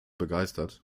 begeistert